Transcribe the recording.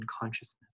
consciousness